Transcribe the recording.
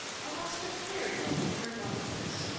almost ethereal in her loveliness.